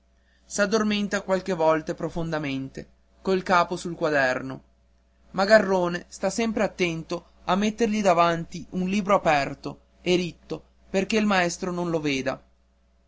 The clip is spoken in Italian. cera s'addormenta qualche volta profondamente col capo sul quaderno ma garrone sta sempre attento a mettergli davanti un libro aperto e ritto perché il maestro non lo veda